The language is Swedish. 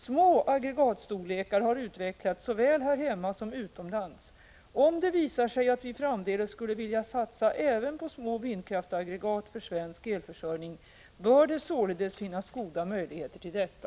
Små aggregatstorlekar har utvecklats såväl här hemma som utomlands. Om det visar sig att vi framdeles skulle vilja satsa även på små vindkraftsaggregat för svensk elförsörjning bör det således finnas goda möjligheter till detta.